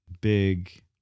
big